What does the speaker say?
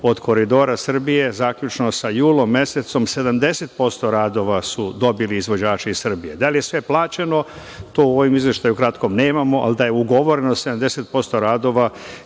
od Koridora Srbije, zaključno sa julom mesecom, 70% radova su dobili izvođači iz Srbije. Da li je sve plaćeno? To u ovom izveštaju kratkom nemamo, ali da je ugovoreno 70% radova